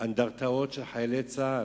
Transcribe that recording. אנדרטות של חיילי צה"ל?